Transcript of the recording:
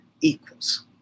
equals